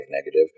negative